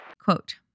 Quote